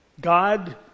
God